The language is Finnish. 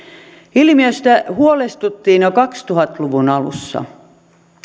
ilmiöstä huolestuttiin jo kaksituhatta luvun alussa